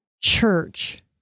church